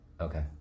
Okay